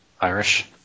Irish